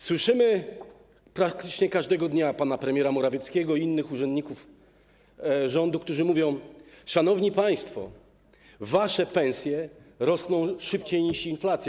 Słyszymy praktycznie każdego dnia pana premiera Morawieckiego i innych urzędników rządu, którzy mówią: szanowni państwo, wasze pensje rosną szybciej niż inflacja.